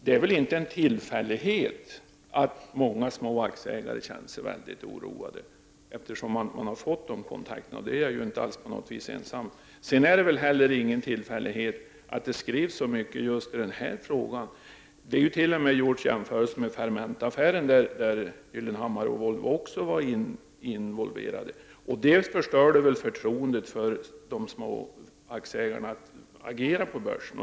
Det är väl inte någon tillfällighet att många små aktieägare känner sig oroade? Jag är inte ensam om denna uppfattning. Det är väl inte heller någon tillfällighet att det skrivs så mycket om just denna fråga? Det har t.o.m. gjorts jämförelser med Fermenta-affären där Gyllenhammar och Volvo var involverade. Den affären förstörde väl förtroendet för de små aktieägarna att agera på börsen.